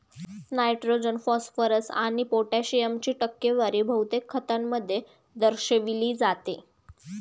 nitrogen, phosphorus आणि पोटॅशियमची टक्केवारी बहुतेक खतांमध्ये दर्शविली जाते